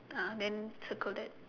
ah then circle that